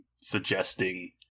suggesting